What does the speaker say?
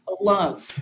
alone